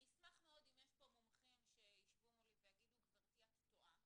אני אשמח מאוד אם יש פה מומחים שישבו מולי ויגידו גברתי את טועה,